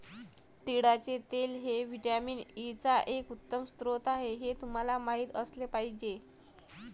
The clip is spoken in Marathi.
तिळाचे तेल हे व्हिटॅमिन ई चा एक उत्तम स्रोत आहे हे तुम्हाला माहित असले पाहिजे